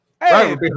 Right